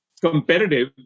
competitive